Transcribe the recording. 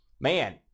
Man